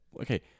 Okay